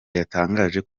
yatangaje